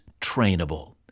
trainable